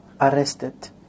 arrested